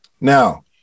Now